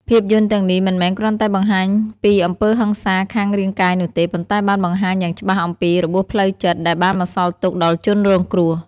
ភាពយន្តទាំងនេះមិនមែនគ្រាន់តែបង្ហាញពីអំពើហិង្សាខាងរាងកាយនោះទេ ប៉ុន្តែបានបង្ហាញយ៉ាងច្បាស់អំពី របួសផ្លូវចិត្ត ដែលបានបន្សល់ទុកដល់ជនរងគ្រោះ។